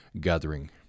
gathering